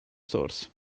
source